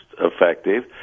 effective